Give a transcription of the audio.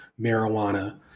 marijuana